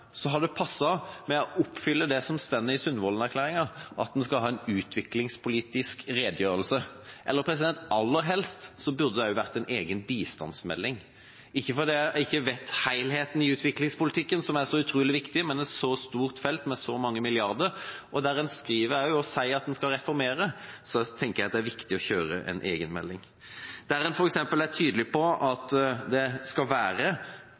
det passet å oppfylle det som står i Sundvolden-erklæringa, at en skal ha en «utviklingspolitisk redegjørelse». Aller helst burde det vært en egen bistandsmelding, ikke fordi en ikke vet helheten i utviklingspolitikken, som er så utrolig viktig, men når det gjelder et så stort felt med så mange milliarder – og når en også skriver at en skal reformere – tenker jeg at det er viktig å komme med en egen melding der en f.eks. er tydelig på at det er de fattigste som skal være